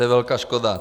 To je velká škoda.